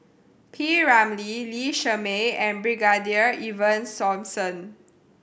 P Ramlee Lee Shermay and Brigadier Ivan Simson